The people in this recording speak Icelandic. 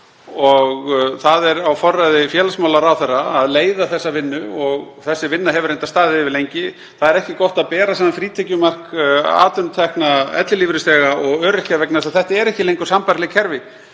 og það er á forræði félagsmálaráðherra að leiða þá vinnu og sú vinna hefur reyndar staðið yfir lengi. Það er ekki gott að bera saman frítekjumark atvinnutekna ellilífeyrisþega og öryrkja vegna þess að þetta eru ekki lengur sambærileg kerfi.